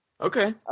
Okay